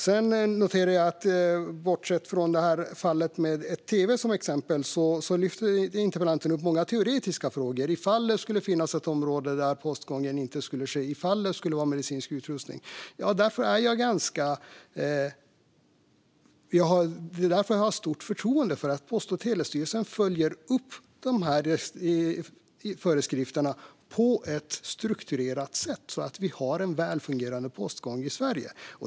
Sedan noterar jag att bortsett från fallet med en tv lyfter interpellanten upp många teoretiska frågor - ifall det skulle finnas ett område där postutdelning inte sker och ifall det skulle vara medicinsk utrustning. Jag har stort förtroende för att Post och telestyrelsen följer upp föreskrifterna på ett strukturerat sätt så att vi har en väl fungerande postgång i Sverige.